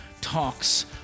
talks